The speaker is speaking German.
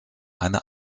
eine